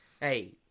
Hey